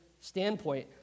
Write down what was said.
standpoint